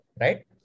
right